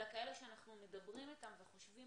אלא כאלה שאנחנו מדברים איתם וחושבים